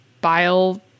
bile